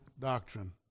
doctrine